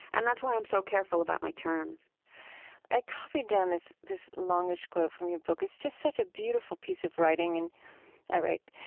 and that's why i'm so careful about my terms i copied down this this longish quote from your book. it's just such a beautiful piece of writing and all right.